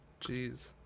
Jeez